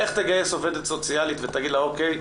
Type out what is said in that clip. איך תגייס עובדת סוציאלית ותגיד לה 'או.קיי,